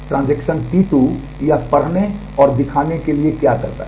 transaction T2 यह पढ़ने और दिखाने के लिए क्या करता है